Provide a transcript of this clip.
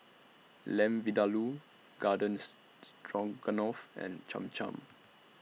Lamb Vindaloo Gardens Stroganoff and Cham Cham